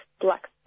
Black